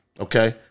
Okay